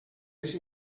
les